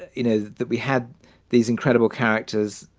you know, that we had these incredible characters,